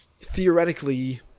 theoretically